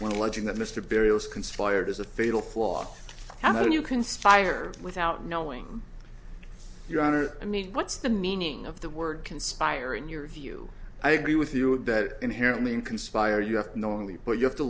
when alleging that mr burials conspired as a fatal flaw how do you conspire without knowing your honor i mean what's the meaning of the word conspire in your view i agree with you that inherently in conspire you have knowingly but you have to